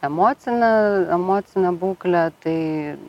emocinę emocinę būklę tai